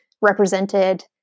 represented